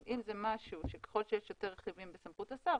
אבל אם זה משהו שככל שיש יותר רכיבים בסמכות השר,